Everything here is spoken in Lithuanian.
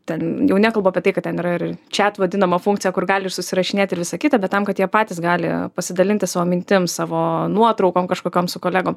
ten jau nekalbu apie tai kad ten yra ir čat vadinama funkcija kur gali ir susirašinėt ir visa kita bet tam kad jie patys gali pasidalinti savo mintim savo nuotraukom kažkokiom su kolegom